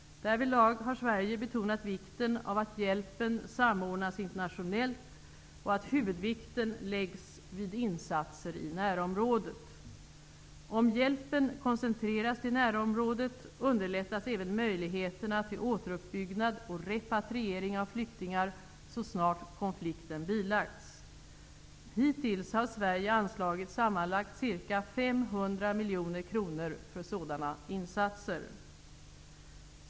Därvidlag har Sverige betonat vikten av att hjälpen samordnas internationellt och att huvudvikten läggs vid insatser i närområdet. Om hjälpen koncentreras till närområdet underlättas även möjligheterna till återuppbyggnad och repatriering av flyktingar så snart konflikten bilagts. Hittills har Sverige anslagit sammanlagt ca 500 miljoner kronor för sådana insatser.